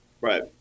Right